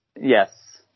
Yes